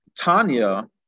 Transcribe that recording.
Tanya